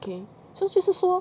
okay so 就是说